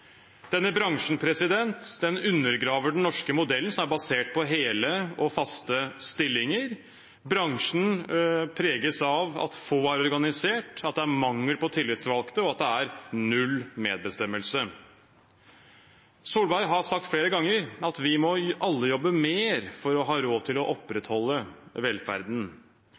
undergraver den norske modellen, som er basert på hele og faste stillinger. Bransjen preges av at få er organisert, at det er mangel på tillitsvalgte, og at det er null medbestemmelse. Solberg har sagt flere ganger at vi alle må jobbe mer for å ha råd til å opprettholde velferden.